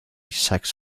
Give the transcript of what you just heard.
sex